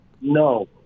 No